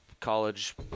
college